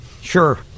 Sure